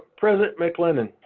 present maclennan,